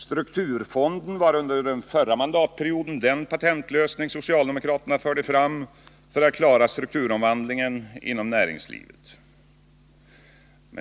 Strukturfonden var under den förra mandatperioden den patentlösning socialdemokraterna förde fram för att klara strukturomvandlingen inom näringslivet.